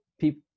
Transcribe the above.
people